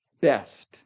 best